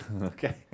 Okay